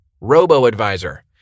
Robo-Advisor